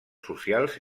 socials